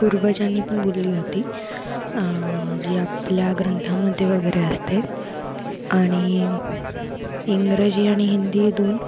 पूर्वजांनी पण बोलली होती जी आपल्या ग्रंथामध्ये वगैरे असते आणि इंग्रजी आणि हिंदी दोन